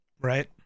Right